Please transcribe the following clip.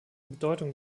bedeutung